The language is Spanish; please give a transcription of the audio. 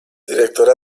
directora